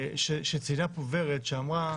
שציינה ורד שאמרה: